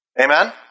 Amen